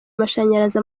amashanyarazi